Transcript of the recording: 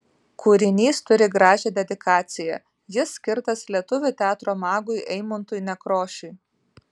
kūrinys turi gražią dedikaciją jis skirtas lietuvių teatro magui eimuntui nekrošiui